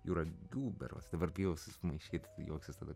juragių berods dabar bijau susimaišyt juoksis tada